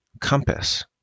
compass